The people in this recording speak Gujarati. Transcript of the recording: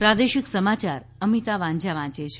પ્રાદેશિક સમાચાર અમિતા વાંઝા વાંચે છે